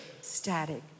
static